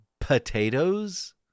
potatoes